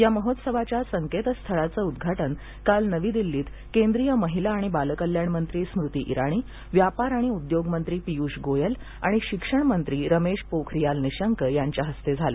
या महोत्सवाच्या संकेतस्थळाचं उद्घाटन काल नवी दिल्लीत केंद्रीय महिला आणि बालकल्याण मंत्री स्मृती इराणी व्यापार आणि उद्योग मंत्री पीय्ष गोयल आणि शिक्षण मंत्री रमेश पोखरियाल निशंक यांच्या हस्ते झालं